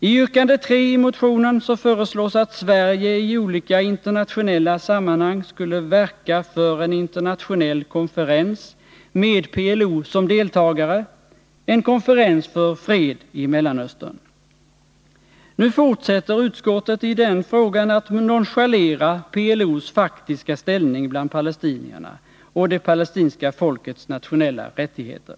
I yrkande 3 i motionen föreslås att Sverige i olika internationella sammanhang skulle verka för en internationell konferens med PLO som deltagare— en konferens för fred i Mellanöstern. Nu fortsätter utskottet i den frågan att nonchalera PLO:s faktiska ställning bland palestinierna och det Nr 36 palestinska folkets nationella rättigheter.